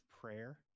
prayer